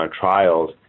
trials